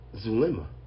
Zulema